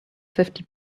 fifty